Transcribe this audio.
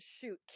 shoot